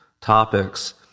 topics